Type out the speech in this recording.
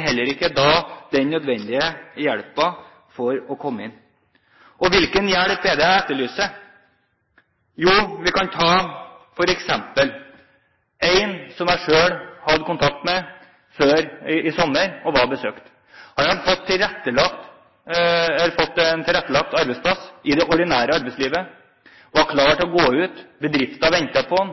heller ikke den nødvendige hjelpen for å komme inn. Og hvilken hjelp er det jeg etterlyser? Jo, vi kan f.eks. ta en som jeg selv hadde kontakt med i sommer, og som jeg besøkte. Han hadde fått en tilrettelagt arbeidsplass i det ordinære arbeidslivet og var klar til å gå ut. Bedriften ventet på ham.